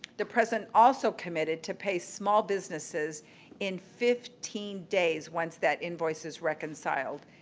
the president also committed to pay small businesses in fifteen days once that invoice is reconciled.